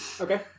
Okay